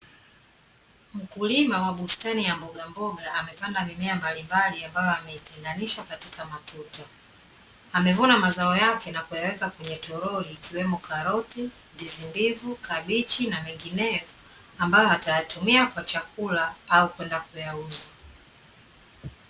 Mkulima wa bustani ya mbogamboga amepanda mimea mbalimbali ambayo ameitenganisha katika matuta. Amevuna mazao yake na kuyaweka kwenye toroli ikiwemo: karoti, ndizi mbivu, kabichi na mengineyo, ambayo atayatumia kwa chakula, ama kwenda kuyauza.